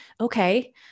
okay